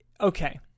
okay